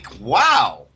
wow